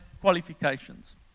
qualifications